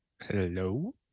Hello